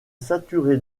saturé